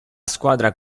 squadra